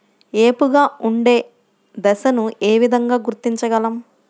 ఏపుగా ఉండే దశను ఏ విధంగా గుర్తించగలం?